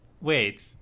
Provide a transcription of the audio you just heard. Wait